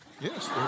Yes